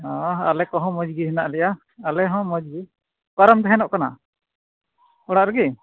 ᱚᱸᱻ ᱟᱞᱮ ᱠᱚᱦᱚᱸ ᱢᱚᱡᱽ ᱜᱮ ᱦᱮᱱᱟᱜ ᱞᱮᱭᱟ ᱟᱞᱮ ᱦᱚᱸ ᱢᱚᱡᱽ ᱜᱮ ᱚᱠᱟᱨᱮᱢ ᱛᱟᱦᱮᱱᱚᱜ ᱠᱟᱱᱟ ᱚᱲᱟᱜ ᱨᱤᱜᱤ